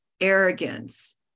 Arrogance